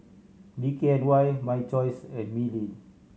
D K N Y My Choice and Mili